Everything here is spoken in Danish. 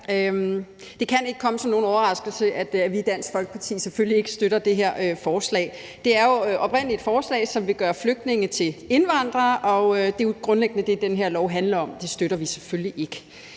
Det kan ikke komme som nogen overraskelse, at vi i Dansk Folkeparti selvfølgelig ikke støtter det her forslag. Det er jo oprindelig et forslag, som vil gøre flygtninge til indvandrere, og det er grundlæggende det, den her lov handler om, og det støtter vi selvfølgelig ikke.